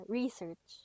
research